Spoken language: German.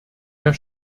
herr